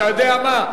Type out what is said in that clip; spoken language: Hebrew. אתה יודע מה?